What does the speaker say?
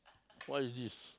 what is this